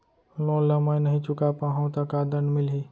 Loan ला मैं नही चुका पाहव त का दण्ड मिलही?